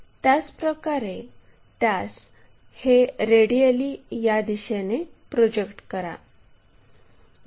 त्याचप्रकारे त्यास हे रेडिएली या दिशेने प्रोजेक्ट करा